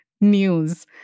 news